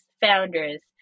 founders